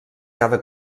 cada